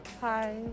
Hi